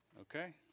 Okay